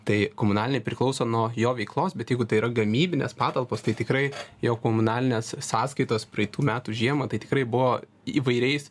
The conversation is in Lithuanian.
tai komunaliniai priklauso nuo jo veiklos bet jeigu tai yra gamybinės patalpos tai tikrai jo komunalinės sąskaitos praeitų metų žiemą tai tikrai buvo įvairiais